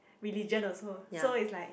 religion also so is like